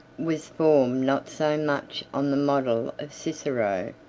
was formed not so much on the model of cicero,